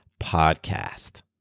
podcast